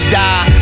die